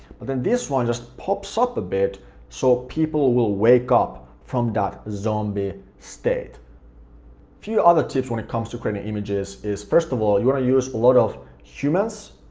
but then this one just pops up a bit so people will wake up from that zombie state. a few other tips when it comes to creating images is first of all you want to use a lot of humans.